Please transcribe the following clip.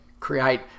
create